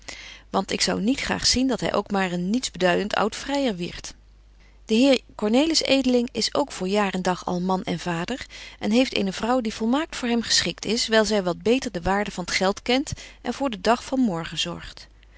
want ik zou niet graag zien dat hy ook maar een niets beduident oud vryer wierdt de heer cornelis edeling is ook voor jaar en dag al man en vader en heeft eene vrouw die volmaakt voor hem geschikt is wyl zy wat beter de waarde van t geld kent en voor den dag van morgen zorgt